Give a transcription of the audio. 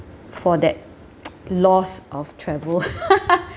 for that loss of travel